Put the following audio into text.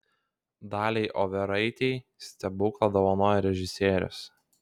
daliai overaitei stebuklą dovanojo režisierius